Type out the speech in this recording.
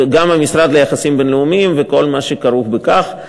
וגם המשרד ליחסים בין-לאומיים וכל מה שכרוך בכך,